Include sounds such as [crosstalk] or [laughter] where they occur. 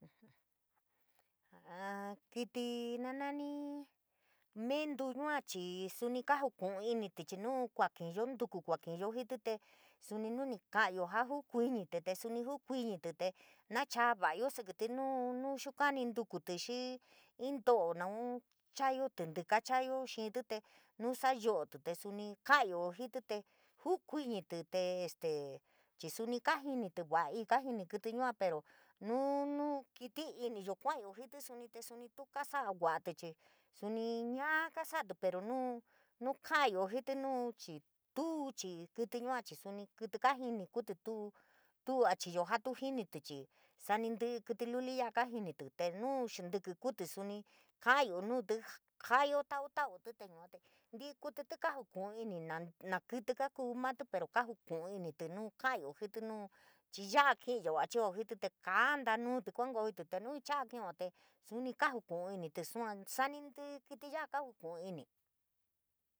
[hesitation] kítí na nani mentu yua chii suni kajuku'u inití chii nuu kuaki'iyo ntuku kuaki'iyo jiití tee suni nuni kaka'ayo jaa jukuiñití, te suni jukuiñití te nachaa va'ayo síkítí nu nuxoskanití ntukutí xii in nto'o naun chaayo, tíntíka chayoo xíntí, tee nuu sayo'otí tee suni ka'ayo jíítí te jukuiñití te ste chii suni kaajinití vaii, kajini kítí yua pero, nuu nukitiiniyo kua'ayo jití suni te tuu kaasa'a va'atí, chii suni ñaa kaa sa'atí pero nu nuka'ayo jití nuu chii tuu chii kítí yua chii suni kítí kaajini kuutí tuu tuu achiyo jaa tuu jinití, chii saani ínntí'í kítí luli ya'a kaajinití, tee nuu xintíkí kuutí suni ka'ayo nuutí jaa ja'ayo tau tautí, tee yua ntíí kuítítí kajuku'un inití naun na kítí kaakuu matí, pero kaajuku'un inití nuu ka'ayo jití, nu ichi ya'a ki'iyo achio jítí tee kantanuutí kaunkoyotí, te nuu cha'a kio suni kajuku'uinití, sua sanii inn tí'í kítí ya'a kajuku'uini.